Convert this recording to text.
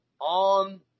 on